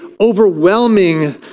overwhelming